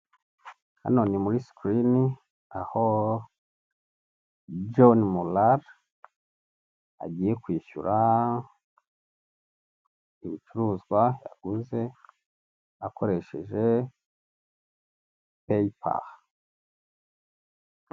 Hano muri sikirini aho joni murale agiye kwishyura ibicuruzwa yaguze akoresheje peyipale.